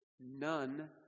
none